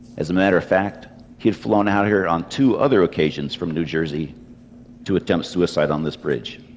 as a matter of fact, he had flown out here on two other occasions from new jersey to attempt suicide on this bridge.